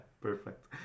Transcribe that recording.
perfect